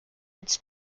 its